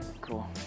Cool